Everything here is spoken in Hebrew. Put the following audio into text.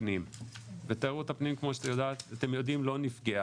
הפנים ותיירות הפנים כמו שאתם יודעים לא נפגעה.